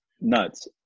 nuts